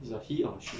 is a he or a she